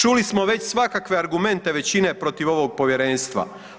Čuli smo već svakakve argumente većine protiv ovog Povjerenstva.